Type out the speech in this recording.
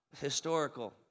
historical